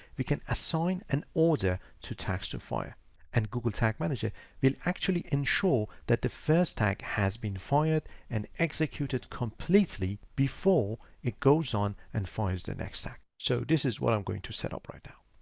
we can assign an order to tags to fire and google tag manager will actually ensure that the first tag has been fired and executed completely before it goes on and fires the next. so this is what i'm going to set up right now.